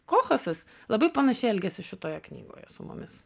kolchasas labai panašiai elgiasi šitoje knygoje su mumis